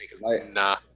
nah